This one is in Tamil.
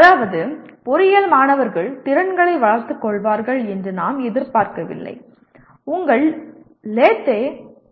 அதாவது பொறியியல் மாணவர்கள் திறன்களை வளர்த்துக்கொள்வார்கள் என்று நாம் எதிர்பார்க்கவில்லை உங்கள் லேத்தை